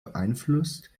beeinflusst